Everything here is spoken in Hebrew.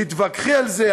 תתווכחי על זה,